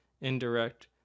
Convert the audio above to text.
indirect